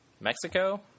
Mexico